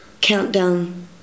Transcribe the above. Countdown